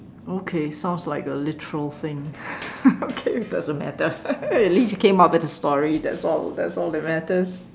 okay sounds like a literal thing okay it doesn't matter at least came up with a story that's all that's all that matters